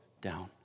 down